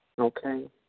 Okay